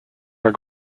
are